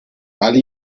alle